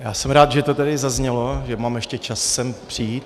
Já jsem rád, že to tady zaznělo, že mám ještě čas sem přijít.